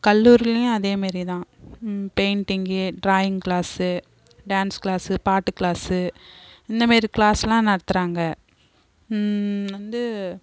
கல்லுாரிலேயும் அதே மாரி தான் painting drawing class dance class பாட்டு கிளாஸ்ஸு இந்த மாரி கிளாஸெலாம் நடத்துகிறாங்க வந்து